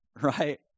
Right